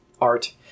art